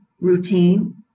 routine